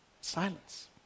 Silence